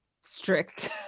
strict